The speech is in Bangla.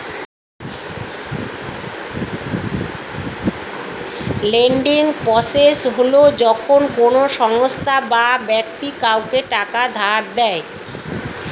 লেন্ডিং প্রসেস হল যখন কোনো সংস্থা বা ব্যক্তি কাউকে টাকা ধার দেয়